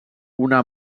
una